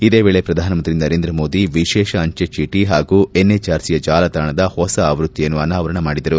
ಇದೇ ವೇಳೆ ಪ್ರಧಾನಮಂತ್ರಿ ನರೇಂದ್ರ ಮೋದಿ ವಿಶೇಷ ಅಂಚೆ ಚೀಟಿ ಹಾಗೂ ಎನ್ಎಚ್ಆರ್ಸಿಯ ಚಾಲತಾಣದ ಹೊಸ ಆವ್ಲಕ್ತಿಯನ್ನು ಅನಾವರಣ ಮಾಡಿದರು